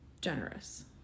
generous